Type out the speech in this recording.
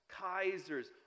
kaisers